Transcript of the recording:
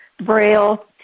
Braille